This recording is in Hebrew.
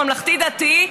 הממלכתי-דתי,